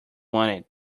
wanted